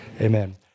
amen